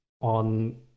on